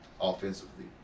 offensively